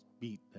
beat